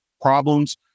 problems